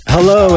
Hello